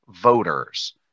voters